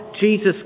Jesus